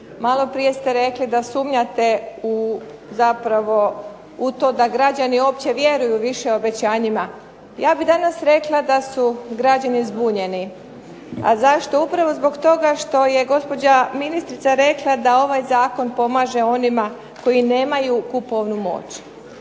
maloprije ste rekli da sumnjate zapravo u to da građani uopće vjeruju više obećanjima. Ja bih danas rekla da su građani zbunjeni, a zašto? Upravo zbog toga što je gospođa ministrica rekla da ovaj zakon pomaže onima koji nemaju kupovnu moć.